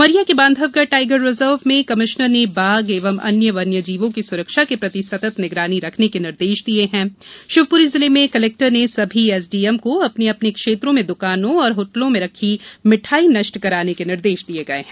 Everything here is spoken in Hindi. उमरिया के बांधवगढ़ टाईगर रिजर्व में कमिश्नर ने बाघ एवं अन्य वन्य जीवों की सुरक्षा के प्रति सतत निगरानी रखने के निर्देश दिये हैं शिवपुरी जिले में कलेक्टर ने सभी एसडीएम को अपने अपने क्षेत्र में दकानों और होटलों में रखी मिठाई नष्ट कराने के निर्देश दिए गए हैं